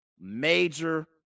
major